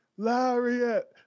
Lariat